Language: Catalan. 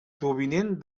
provinent